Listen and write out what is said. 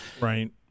Right